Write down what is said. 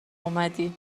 اومدی